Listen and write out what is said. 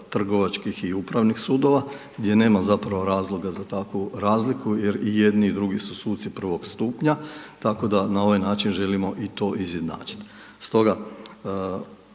trgovačkih i upravnih sudova, gdje nema zapravo razloga za takvu razliku jer i jedni i drugi su suci prvog stupnja, tako da na ovaj način želimo i to izjednačiti.